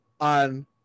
on